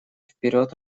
вперед